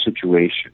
situation